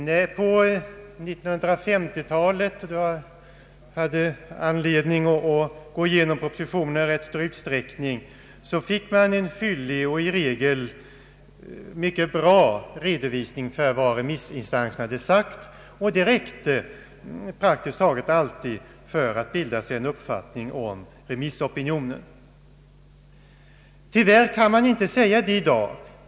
När jag på 1950-talet hade anledning att i rätt stor utsträckning gå igenom propositioner, fick jag en fyllig och i regel mycket bra redovisning för vad remissinstanserna hade sagt, och det räckte praktiskt taget alltid för att bilda sig en uppfattning om remissopinionen. Tyvärr kan man inte säga det i dag.